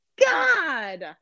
God